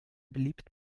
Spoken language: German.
beliebt